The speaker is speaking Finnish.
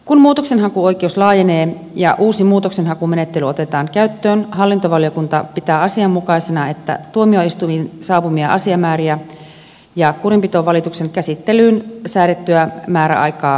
kun muutoksenhakuoi keus laajenee ja uusi muutoksenhakumenettely otetaan käyttöön hallintovaliokunta pitää asianmukaisena että tuomioistuimiin saapuvia asiamääriä ja kurinpitovalituksen käsittelyyn säädettyä määräaikaa seurataan